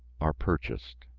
are purchased!